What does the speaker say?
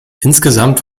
insgesamt